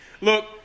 look